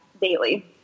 daily